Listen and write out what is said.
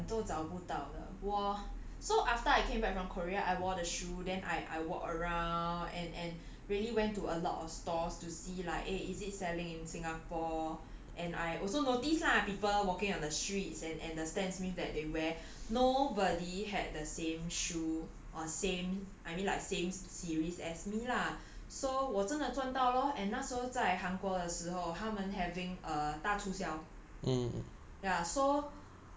在新加坡根本都找不到的我 so after I came back from korea I wore the shoe then I I walk around and and really went to a lot of stores to see like eh is it selling in singapore and I also notice lah people walking on the streets and the stan smiths that they wear nobody had the same shoe or same I mean like same series as me lah so 我真的赚到 lor and 那时候在韩国的时候他们 having uh 大促销